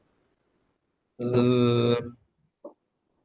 uh